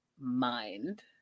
mind